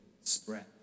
spread